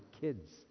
kids